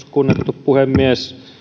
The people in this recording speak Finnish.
kunnioitettu puhemies